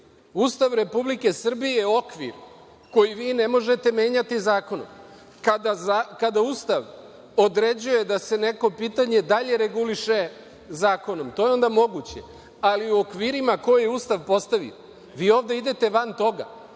Republike Srbije je okvir koji vi ne možete menjati zakonom. Kada Ustav određuje da se neko pitanje dalje reguliše zakonom, to je onda moguće, ali u okvirima koje Ustav postavi. Vi ovde idete van toga. Ustav